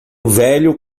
velho